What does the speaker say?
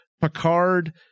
Picard